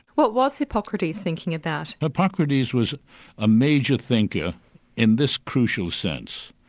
what was hippocrates thinking about? hippocrates was a major thinker in this crucial sense.